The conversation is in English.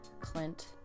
Clint